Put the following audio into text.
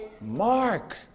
mark